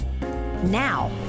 Now